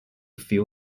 feel